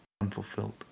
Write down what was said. unfulfilled